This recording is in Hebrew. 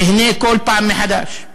נהנה בכל פעם מחדש,